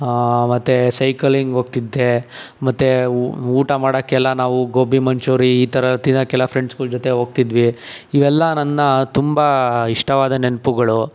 ಮತ್ತು ಸೈಕಲಿಂಗ್ ಹೋಗ್ತಿದ್ದೆ ಮತ್ತು ಉ ಊಟ ಮಾಡೋಕ್ಕೆಲ್ಲ ನಾವು ಗೋಬಿ ಮಂಚೂರಿ ಈ ಥರ ತಿನ್ನೋಕ್ಕೆಲ್ಲ ಫ್ರೆಂಡ್ಸ್ಗಳ ಜೊತೆ ಹೋಗ್ತಿದ್ವಿ ಇವೆಲ್ಲ ನನ್ನ ತುಂಬ ಇಷ್ಟವಾದ ನೆನಪುಗಳು